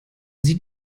sieht